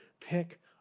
pick